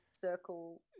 circle